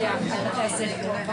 אני מקביל את זה לעיסוקים אחרים.